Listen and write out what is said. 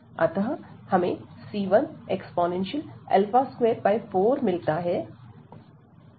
अतः हमें c1e 24 मिलता है